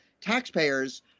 taxpayers